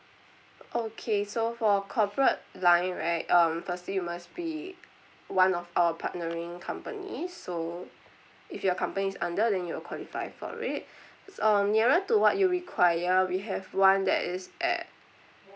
okay so for corporate line right um firstly it must be one of our partnering company so if your company is under then you'll qualify for it um nearer to what you required we have one that is at